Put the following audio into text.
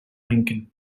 lincoln